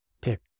pick